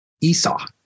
Esau